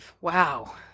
wow